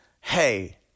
hey